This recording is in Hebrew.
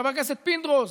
חבר הכנסת פינדרוס,